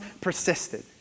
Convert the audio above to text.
persisted